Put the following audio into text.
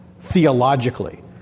theologically